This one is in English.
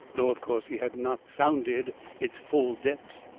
though of course he had not sounded its full depths,